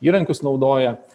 įrankius naudoja